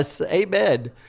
Amen